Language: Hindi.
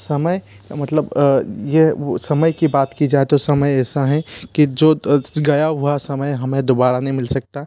समय मतलब ये वो समय की बात की जाए तो समय ऐसा है कि जो गया हुआ समय हमें दोबारा नहीं मिल सकता